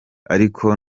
ariko